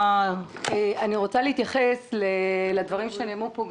אני רוצה להתייחס לדברים שנאמרו פה,